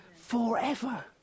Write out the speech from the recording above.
Forever